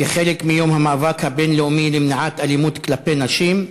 כחלק מיום המאבק הבין-לאומי למניעת אלימות כלפי נשים,